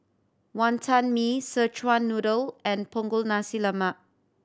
Wantan Mee Szechuan Noodle and Punggol Nasi Lemak